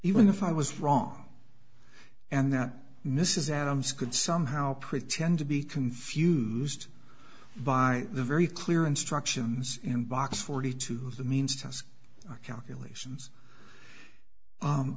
even if i was wrong and that mrs adams could somehow pretend to be confused by the very clear instructions in box forty two the means test calculations